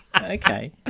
Okay